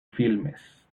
filmes